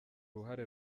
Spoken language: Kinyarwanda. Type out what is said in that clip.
uruhare